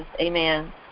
amen